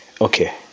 okay